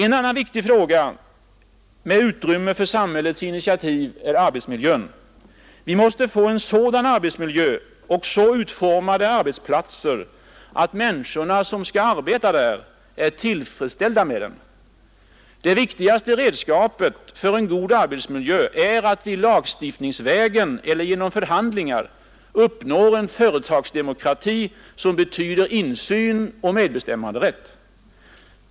En annan viktig fråga med utrymme för samhällets initiativ är arbetsmiljön. Vi måste få en sådan arbetsmiljö och så utformade arbetsplatser, att människorna som skall arbeta där är tillfredsställda med dem, Det viktigaste redskapet för en god arbetsmiljö är att vi lagstiftningsvägen eller genom förhandlingar uppnår en företagsdemokrati som betyder insyn och medbestämmanderätt.